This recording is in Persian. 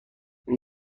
این